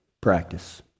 Practice